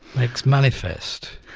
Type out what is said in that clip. makes manifest.